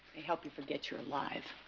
help you forget you're alive